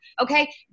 Okay